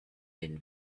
den